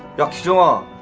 goes jaw